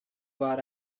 what